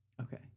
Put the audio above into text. Okay